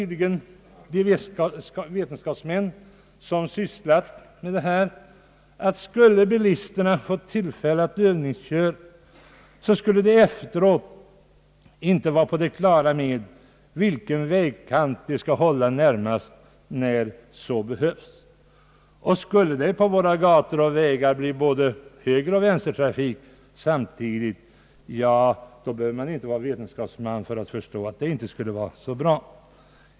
De vetenskapsmän som sysslat med denna fråga anser tydligen att bilisterna, om de fick tillfälle att övningsköra, efteråt inte skulle vara på det klara med vilken vägkant de skall hålla närmast när så behövs. Och skulle det på våra gator och vägar förekomma både högeroch vänstertrafik samtidigt, ja då behöver man ju inte vara vetenskapsman för att förstå att detta inte skulle vara så bra.